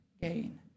gain